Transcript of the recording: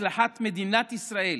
הצלחתנו, הצלחתך, הצלחת מדינת ישראל,